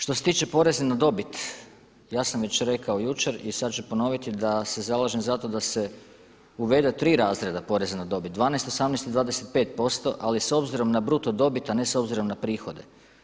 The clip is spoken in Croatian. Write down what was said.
Što se tiče poreza na dobit, ja sam već rekao jučer i sada ću ponoviti da se zalažem za to da se uvedu tri razreda poreza na dobit: 12, 18 i 25%, ali s obzirom na bruto dobit, a ne s obzirom na prihode.